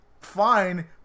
fine